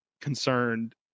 concerned